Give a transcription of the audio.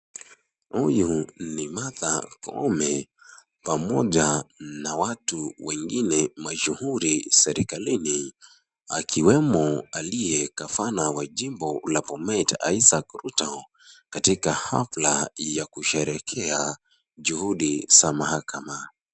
Huyu ni Martha Koome pamoja na watu wengine mashuhuri serikalini akiwemo aliye gavana wa jimbo la Bomet Isaac Ruto katika hafla ya kusherehekea juhudi za mahakama.